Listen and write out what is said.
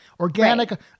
Organic